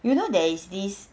you know there is this